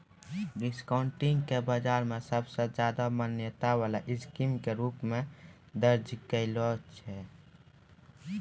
discounting के बाजार मे सबसे ज्यादा मान्यता वाला स्कीम के रूप मे दर्ज कैलो छै